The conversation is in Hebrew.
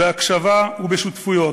בהקשבה ובשותפויות,